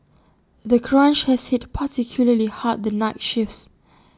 the crunch has hit particularly hard the night shifts